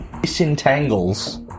disentangles